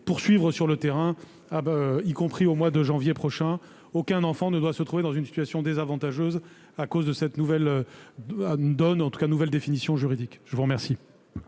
rupture sur le terrain, y compris au mois de janvier prochain. Aucun enfant ne doit se trouver dans une situation désavantageuse du fait de cette nouvelle définition juridique. Nous en